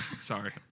Sorry